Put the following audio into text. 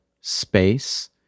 space